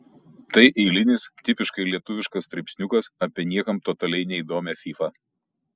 tai eilinis tipiškai lietuviškas straipsniukas apie niekam totaliai neįdomią fyfą